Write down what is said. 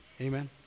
Amen